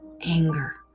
anger